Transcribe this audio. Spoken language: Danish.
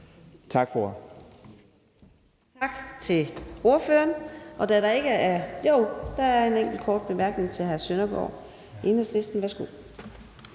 Tak for